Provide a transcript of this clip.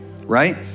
right